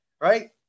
right